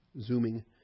zooming